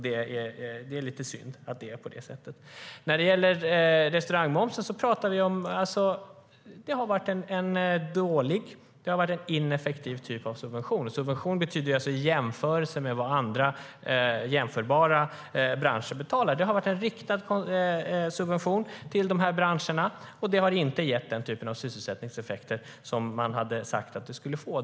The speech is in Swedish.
Det är lite synd att det är på det sättet. Restaurangmomsen har varit en dålig och ineffektiv typ av subvention. Subvention betyder alltså i jämförelse med vad andra jämförbara branscher betalar. Det har varit en riktad subvention till de här branscherna, och det har inte gett de sysselsättningseffekter som man hade sagt att det skulle.